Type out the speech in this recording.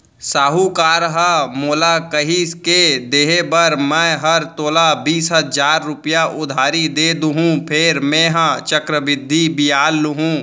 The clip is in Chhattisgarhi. साहूकार ह मोला कहिस के देहे बर मैं हर तोला बीस हजार रूपया उधारी दे देहॅूं फेर मेंहा चक्रबृद्धि बियाल लुहूं